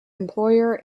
employer